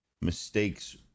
mistakes